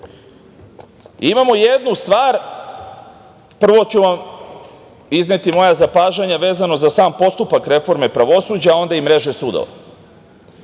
imamo jednu stvar, a prvo ću vam izneti moja zapažanja vezano za sam postupak reforme pravosuđa, a onda i mreže sudova.